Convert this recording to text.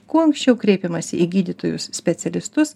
kuo anksčiau kreipiamasi į gydytojus specialistus